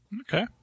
Okay